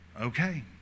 okay